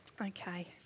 Okay